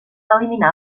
eliminar